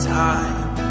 time